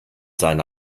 seine